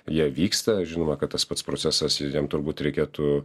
jie vyksta žinoma kad tas pats procesas visiem turbūt reikėtų